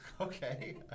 okay